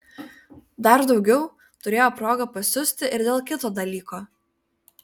dar daugiau turėjo progą pasiusti ir dėl kito dalyko